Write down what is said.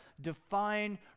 define